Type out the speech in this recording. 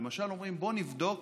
למשל אומרים: בואו נבדוק